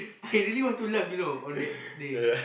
I really want to laugh you know on that day